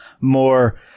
more